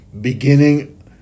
beginning